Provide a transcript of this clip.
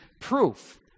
proof